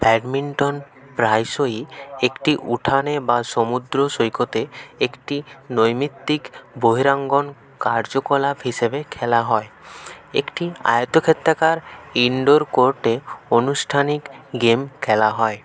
badminton প্রায়শই একটি উঠানে বা সমুদ্র সৈকতে একটি নৈমিত্তিক বহিরাঙ্গন কার্যকলাপ হিসাবে খেলা হয় একটি আয়তক্ষেত্রাকার ইনডোর কোর্টে আনুষ্ঠানিক গেম খেলা হয়